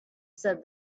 said